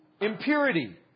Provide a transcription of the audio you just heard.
Impurity